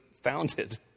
founded